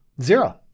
Zero